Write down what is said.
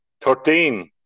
thirteen